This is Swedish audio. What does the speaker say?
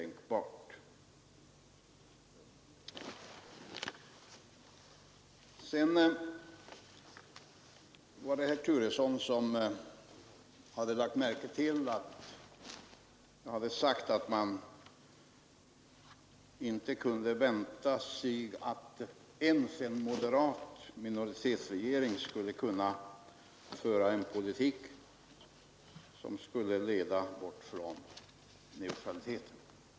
Det är helt otänkbart. Herr Turesson hade lagt märkte till att jag sagt, att man inte kunde vänta sig att ens en moderat minoritetsregering skulle kunna föra en politik, som ledde bort från neutraliteten.